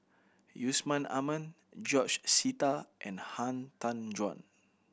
Yusman Aman George Sita and Han Tan Juan